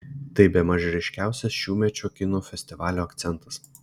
tai bemaž ryškiausias šiųmečio kino festivalio akcentas